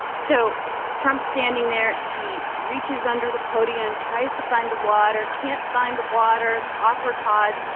so trump's standing there. he reaches under the podium, tries to find the water, can't find the water this awkward pause.